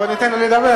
אבל בואו ניתן לו לדבר.